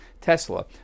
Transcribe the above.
Tesla